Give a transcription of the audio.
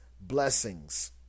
blessings